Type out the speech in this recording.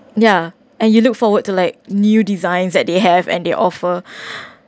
ya and you look forward to like new designs that they have and they offer